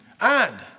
and